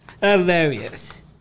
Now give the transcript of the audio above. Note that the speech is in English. Hilarious